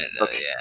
okay